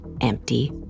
empty